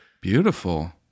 Beautiful